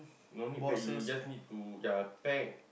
no need pack you just need to yea pack